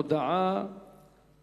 הודעה של